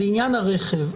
לעניין הרכב,